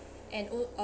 and al~ uh